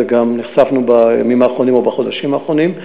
גם נחשפנו בימים האחרונים או בחודשים האחרונים,